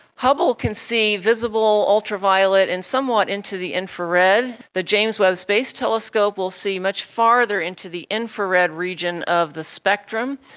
hubble can see visible, ultraviolet and somewhat into the infrared. the james webb space telescope will see much farther into the infrared region of the spectrum.